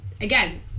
again